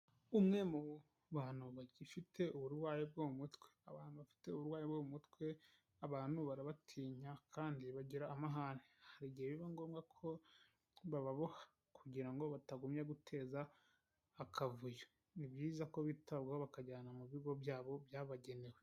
Umwe mu bantu bagifite uburwayi bwo mu mutwe, abantu bafite uburwayi bwo mu mutwe abantu barabatinya kandi bagira amahani, hari igihe biba ngombwa ko bababoha kugira ngo batagumya guteza akavuyo, ni byiza ko bitabwaho bakabajyana mu bigo byabo byabagenewe.